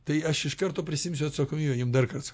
tai aš iš karto prisiimsiu atsakomybę jum dar kart